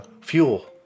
fuel